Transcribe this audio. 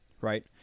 right